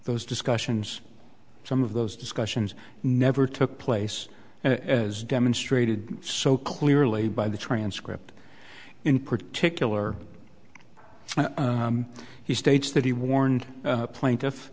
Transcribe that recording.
those discussions some of those discussions never took place as demonstrated so clearly by the transcript in particular he states that he warned plaintiff